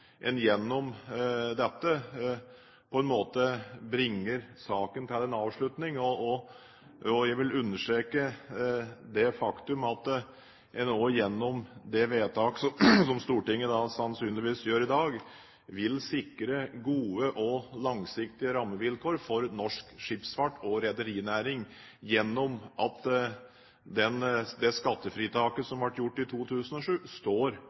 en gjennom dette på en måte bringer saken til en avslutning. Jeg vil understreke det faktum at en også gjennom det vedtaket som Stortinget sannsynligvis gjør i dag, vil sikre gode og langsiktige rammevilkår for norsk skipsfart og rederinæring gjennom at det skattefritaket som ble gjort i 2007, står